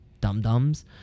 dum-dums